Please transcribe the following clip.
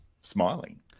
smiling